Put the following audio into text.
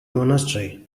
monastery